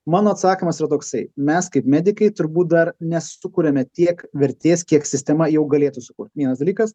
mano atsakymas yra toksai mes kaip medikai turbūt dar nesukuriame tiek vertės kiek sistema jau galėtų sukurt vienas dalykas